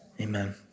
Amen